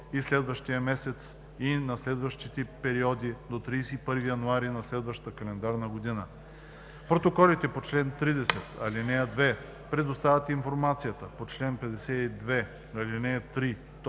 на следващия месец, и на годишни периоди – до 31 януари на следващата календарна година. Производителите по чл. 30, ал. 2 предоставят информацията по чл. 52, ал. 3,